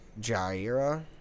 Jaira